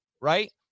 right